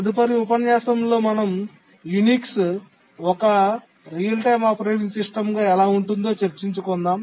తదుపరి ఉపన్యాసంలో మనం యునిక్స్ ఒక క రియల్ టైమ్ ఆపరేటింగ్ సిస్టమ్గా ఎలా ఉంటుందో చర్చించుకుందాం